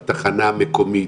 של התחנה המקומית,